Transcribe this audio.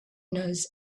knows